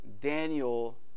Daniel